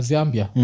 Zambia